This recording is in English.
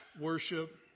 worship